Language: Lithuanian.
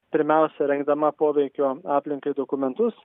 pirmiausia rengdama poveikio aplinkai dokumentus